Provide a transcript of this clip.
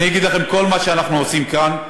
אגיד לכם, כל מה שאנחנו עושים כאן,